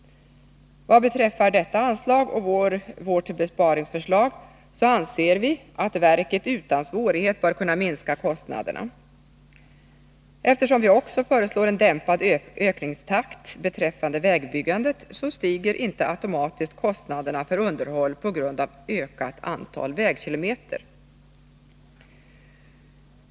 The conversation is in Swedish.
Vad beträffar detta anslag och vårt besparingsförslag anser vi att verket utan svårighet bör kunna minska kostnaderna. Eftersom vi också föreslår en dämpad ökningstakt beträffande vägbyggandet, så stiger inte automatiskt ökningskostnaderna för underhåll genom ökat antal vägkilometer.